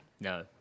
No